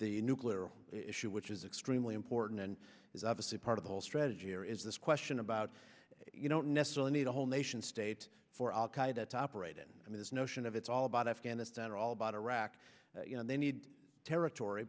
the nuclear issue which is extremely important and is obviously part of the whole strategy or is this question about you don't necessarily need a whole nation state for al qaeda to operate in i mean this notion of it's all about afghanistan are all about iraq you know they need territory